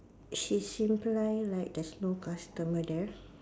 she seem like like there's no customer there